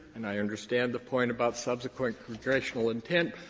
and i understand the point about subsequent congressional intent,